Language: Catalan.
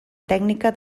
tècnica